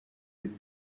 with